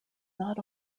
not